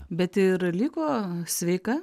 bet ir liko sveika